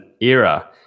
era